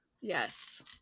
Yes